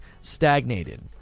stagnated